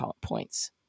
points